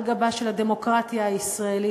על גבה של הדמוקרטיה הישראלית,